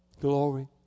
Glory